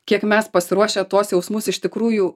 kiek mes pasiruošę tuos jausmus iš tikrųjų